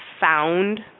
found